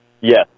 Yes